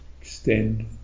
Extend